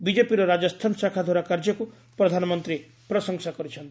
ବିଜେପିର ରାଜସ୍ଥାନ ଶାଖା ଦ୍ୱାରା କାର୍ଯ୍ୟକୁ ପ୍ରଧାନମନ୍ତ୍ରୀ ପ୍ରଶଂସା କରିଚ୍ଛନ୍ତି